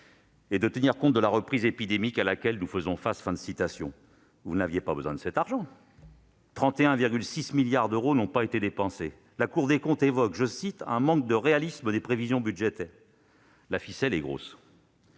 et de tenir compte de la reprise épidémique à laquelle nous faisons face ». Vous n'aviez pas besoin de cet argent, puisque 31,6 milliards d'euros n'ont pas été dépensés ! La Cour des comptes évoque un « manque de réalisme des prévisions budgétaires ». La ficelle est grosse